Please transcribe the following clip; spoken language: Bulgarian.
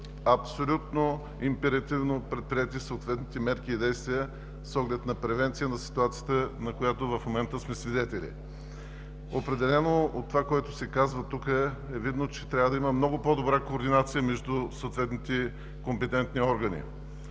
абсолютно императивно предприети съответните мерки и действия с оглед на превенция на ситуацията, на която в момента сме свидетели. От това, което се каза тук, определено е видно, че трябва да има много по-добра координация между съответните компетентни органи.